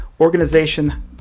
organization